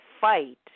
fight